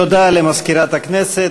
תודה למזכירת הכנסת.